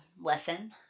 lesson